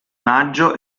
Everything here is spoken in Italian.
maggio